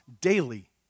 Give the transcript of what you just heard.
daily